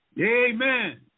Amen